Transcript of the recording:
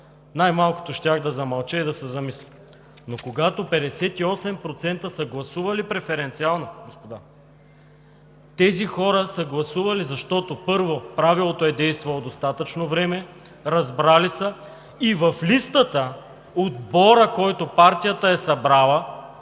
най-малкото щях да замълча и да се замисля. Но когато 58% са гласували преференциално, господа, тези хора са гласували, защото, първо, правилото е действало достатъчно време, разбрали са и от листата отборът, който партията е събрала,